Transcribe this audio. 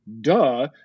duh